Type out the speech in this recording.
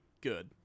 good